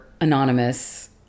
anonymous